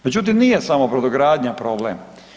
Međutim, nije samo brodogradnja problem.